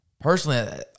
personally